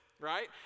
right